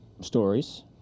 stories